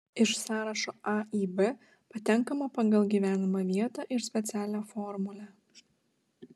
iš sąrašo a į b patenkama pagal gyvenamą vietą ir specialią formulę